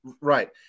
Right